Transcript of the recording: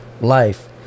life